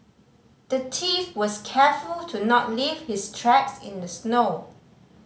the thief was careful to not leave his tracks in the snow